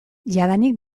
jadanik